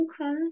Okay